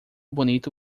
bonito